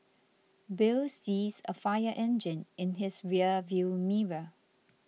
Bill sees a fire engine in his rear view mirror